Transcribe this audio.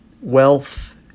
Wealth